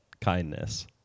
Kindness